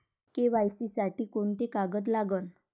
KYC साठी कोंते कागद लागन?